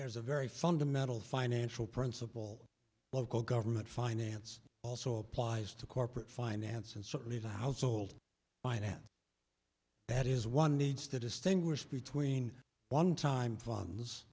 there's a very fundamental financial principle local government finance also applies to corporate finance and certainly the household might add that is one needs to distinguish between one time funds